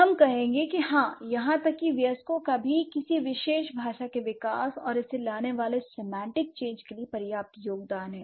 हम कहेंगे कि हाँ यहां तक कि वयस्कों का भी किसी विशेष भाषा के विकास और इसे लाने वाले सेमांटिक चेंज के लिए पर्याप्त योगदान है